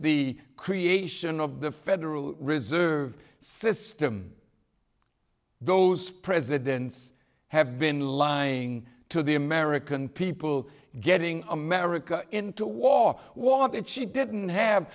the creation of the federal reserve system those presidents have been lying to the american people getting america into war was that she didn't have